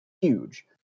huge